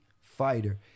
fighter